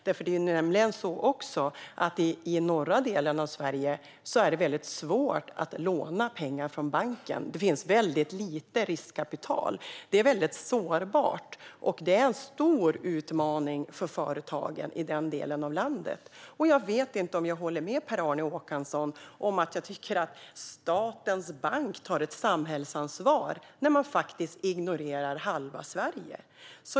Det är nämligen så att i norra delen av Sverige är det väldigt svårt att låna pengar från banken. Det finns väldigt lite riskkapital, och det är sårbart. Detta är en stor utmaning för företagen i den delen av landet. Jag vet inte om jag håller med Per-Arne Håkansson om att statens bank tar ett samhällsansvar när man faktiskt ignorerar halva Sverige.